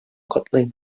котлыйм